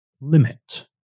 limit